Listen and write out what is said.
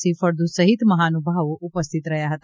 C ફળદ્દ સહિત માહનુભાવો ઉપસ્થિત રહ્યા હતા